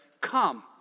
come